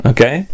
Okay